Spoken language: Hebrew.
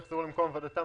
בחל"ת.